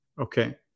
okay